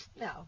No